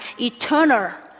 eternal